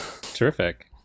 terrific